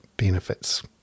benefits